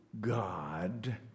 God